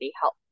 help